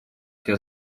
все